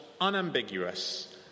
unambiguous